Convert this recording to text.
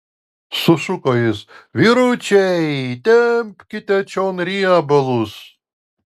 sušuko jis vyručiai tempkite čion riebalus